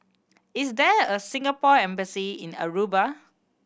is there a Singapore Embassy in Aruba